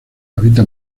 habita